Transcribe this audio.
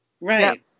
Right